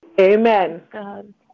Amen